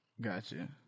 Gotcha